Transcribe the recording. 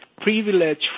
privilege